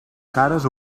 cares